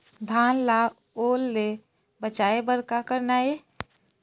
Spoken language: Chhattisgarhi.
धान ला ओल से बचाए बर का करना ये?